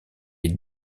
est